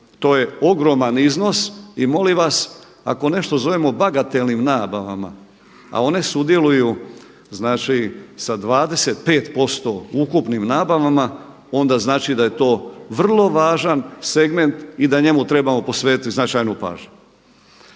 To je ogroman iznos i molim vas ako nešto zovemo bagatelnim nabavama a one sudjeluju znači sa 25% u ukupnim nabavama onda znači da je to vrlo važan segment i da njemu trebamo posvetiti značajnu pažnju.